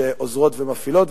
שעוזרות ומפעילות,